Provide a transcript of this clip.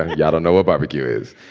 and yeah don't know what barbecue is.